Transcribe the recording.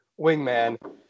wingman